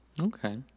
Okay